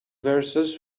verses